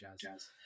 jazz